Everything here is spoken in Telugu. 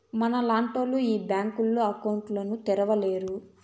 మనలాంటోళ్లు ఈ బ్యాంకులో అకౌంట్ ను తెరవలేరు